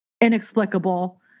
inexplicable